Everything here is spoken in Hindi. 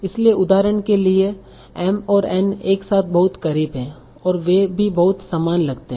इसलिए उदाहरण के लिए m और n एक साथ बहुत करीब हैं और वे भी बहुत समान लगते हैं